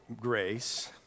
grace